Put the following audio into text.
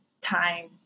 time